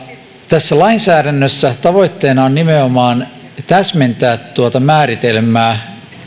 tässä lainsäädännössä tavoitteena on nimenomaan täsmentää tuota määritelmää